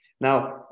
Now